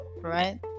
right